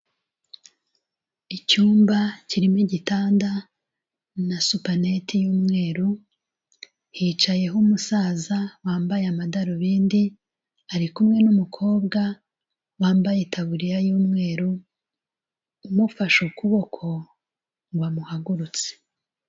Icyumba kirimo igitanda na supanete y'umweru, hicayeho umusaza wambaye amadarubindi, ari kumwe n'umukobwa wambaye itaburiya y'umweru, umufashe ukuboko ngo amuhagurutse.